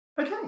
okay